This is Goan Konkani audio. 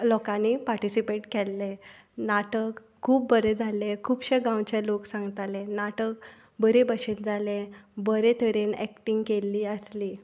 लोकांनी पाटिसिपेट केल्लें नाटक खूब बरें जालें खुबशे गांवचे लोक सांगतालें नाटक बरे भाशेन जाले बरे तरेन एक्टींग केल्ली आसली